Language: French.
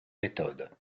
méthode